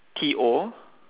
T O